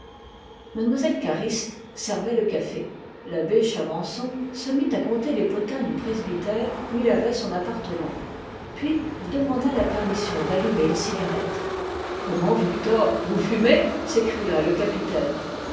mlle cariste servait le café l'abbé chavançon se mit à conter les potins du presbytère où il avait son appartement puis il demanda la permission d'allumer une cigarette comment victor vous fumez s'écria le capitaine